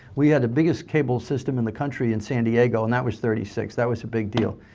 we had the biggest cable system in the country in san diego and that was thirty six. that was a big deal.